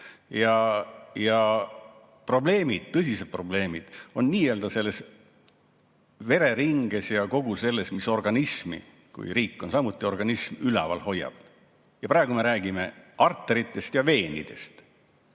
Probleemid, tõsised probleemid on nii-öelda selles vereringes ja selles, mis organismi – kui riik on samuti organism – üleval hoiavad. Praegu me räägime arteritest ja veenidest. Sven